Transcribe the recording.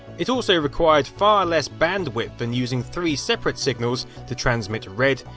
it also required far less bandwidth than using three separate signals to transmit red,